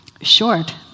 short